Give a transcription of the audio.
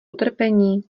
utrpení